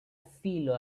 filo